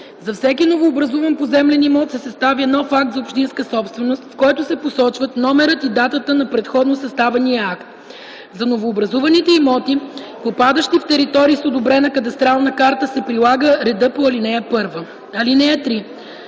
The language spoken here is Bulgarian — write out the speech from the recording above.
за всеки новообразуван поземлен имот се съставя нов акт за общинска собственост, в който се посочват номерът и датата на предходно съставения акт. За новообразуваните имоти, попадащи в територии с одобрена кадастрална карта, се прилага редът по ал. 1.